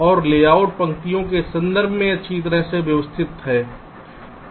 और लेआउट पंक्तियों के संदर्भ में अच्छी तरह से व्यवस्थित है